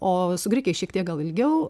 o su grikiais šiek tiek gal ilgiau